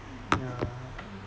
yeah